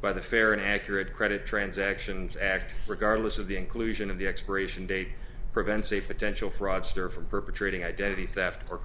by the fair and accurate credit transactions act regardless of the inclusion of the expiration date prevents a potential fraudster from perpetrating identity theft or